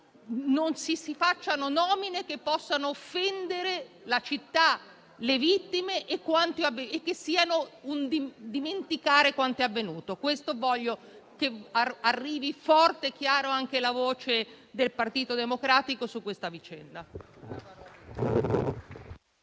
non si facciano nomine che possano offendere la città di Genova, le vittime e siano un dimenticare quanto avvenuto. Voglio dunque che arrivi forte e chiara anche la voce del Partito Democratico su questa vicenda.